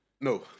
No